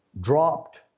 dropped